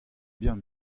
bihan